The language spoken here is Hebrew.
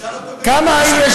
תשאל אותו גם, אדוני.